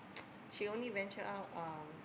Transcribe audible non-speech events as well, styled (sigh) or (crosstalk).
(noise) she only venture out um